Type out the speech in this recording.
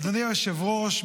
אדוני היושב-ראש,